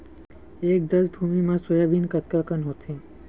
दस एकड़ भुमि म सोयाबीन कतका कन होथे?